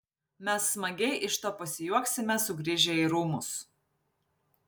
mes smagiai iš to pasijuoksime sugrįžę į rūmus